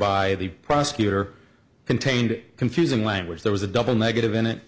by the prosecutor contained confusing language there was a double negative in it